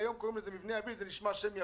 היום קוראים לזה מבנה יביל וזה נשמע שם יפה.